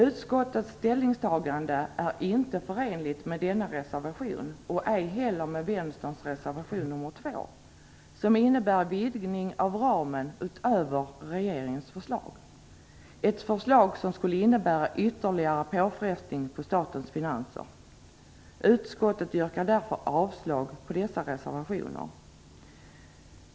Utskottets ställningstagande är inte förenligt med denna reservation och ej heller med vänsterns reservation nr 2 som innebär vidgning av ramen utöver regeringens förslag. Det senare är ett förslag som skulle innebära ytterligare påfrestning på statens finanser. Utskottet yrkar därför avslag på dessa reservationer.